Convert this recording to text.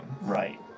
Right